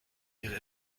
ihre